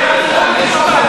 זה התעללות לשמה.